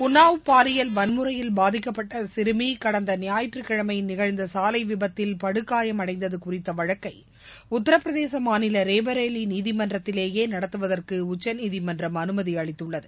உன்னாவ் பாலியல் வன்முறையில் பாதிக்கப்பட்ட சிறுமி கடந்த ஞாயிற்றுக்கிழமை நிகழ்ந்த சாலை விபத்தில் படுகாயமடைந்தது குறித்த வழக்கை உத்தரப்பிரதேச மாநில ரேபரேலி நீதிமன்றத்திலேயே நடத்துவதற்கு உச்சநீதிமன்றம் அனுமதி அளித்துள்ளது